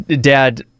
dad